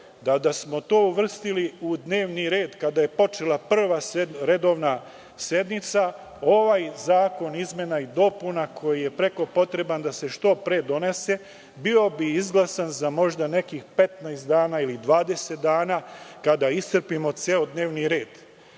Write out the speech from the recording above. Da smo to uvrstili u dnevni red kada je počela prva redovna sednica, ovaj zakon, koji je preko potreban da se što pre donese, bio bi izglasan za možda nekih 15 ili 20 dana, kada iscrpimo ceo dnevni red.